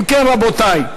אם כן, רבותי,